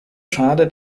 schade